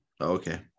Okay